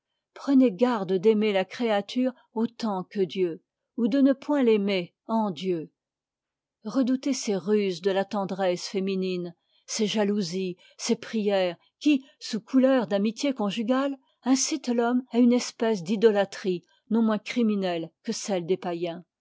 prenez garde d'aimer la créature autant que dieu ou de ne point l'aimer en dieu redoutez ces ruses de la tendresse féminine ces jalousies ces prières qui sous couleur d'amitié conjugale incitent l'homme à une espèce d'idolâtrie non moins criminelle que celle des païens